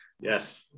Yes